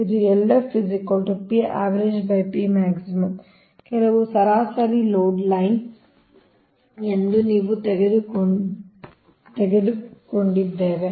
ಇದು LF ಕೆಲವು ಸರಾಸರಿ ಲೋಡ್ ಲೈನ್ ಎಂದು ಇಲ್ಲಿ ನಾವು ತೆಗೆದುಕೊಂಡಿದ್ದೇವೆ